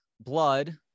blood